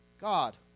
God